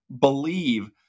believe